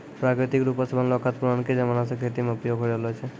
प्राकृतिक रुपो से बनलो खाद पुरानाके जमाना से खेती मे उपयोग होय रहलो छै